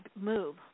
move